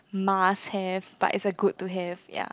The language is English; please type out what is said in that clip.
mask hair but is a good to hair ya